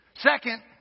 Second